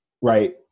Right